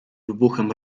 wybuchem